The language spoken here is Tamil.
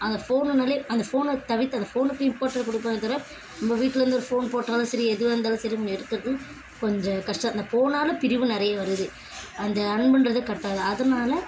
அந்த ஃபோனுனாலே அந்த ஃபோனை தவிர்த்து அந்த ஃபோனுக்கு இம்பார்ட்டண்ட் கொடுக்குறாங்களே தவிர நம்ம வீட்லேருந்து ஒரு ஃபோன் போட்டாலும் சரி எதுவாக இருந்தாலும் சரி அவங்க எடுக்கிறது கொஞ்சம் கஷ்டம் இந்த ஃபோனால் பிரிவு நிறைய வருது அந்த அன்புன்றதே கட் ஆகுது அதனால்